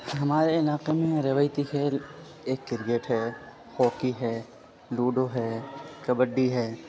ہمارے علاقے میں روایتی کھیل ایک کرکٹ ہے ہاکی ہے لوڈو ہے کبڈی ہے